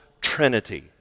trinity